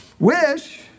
Wish